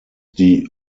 die